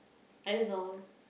I don't know